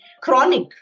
chronic